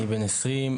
אני בן עשרים,